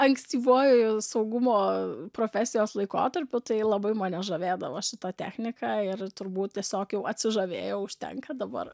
ankstyvuoju saugumo profesijos laikotarpiu tai labai mane žavėdavo šita technika ir turbūt tiesiog jau atsižavėjau užtenka dabar